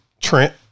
Trent